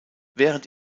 während